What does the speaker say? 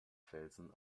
felsen